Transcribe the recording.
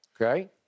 Okay